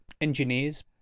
Engineers